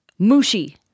mushi